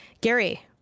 gary